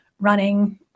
running